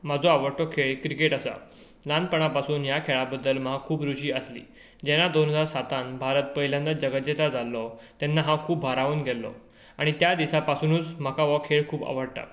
म्हजो आवडटो खेळ क्रिकेट आसा ल्हानपणा पासून ह्या खेळा बद्दल म्हाका खूब रुची आसली जेन्ना दोन हजार सातांत भारत पयल्यानदां जगत जेता जाल्लो तेन्ना हांव खूब भारावून गेल्लो आनी त्या दिसा पासुनूच म्हाका हो खेळ खूब आवडटा